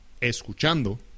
Escuchando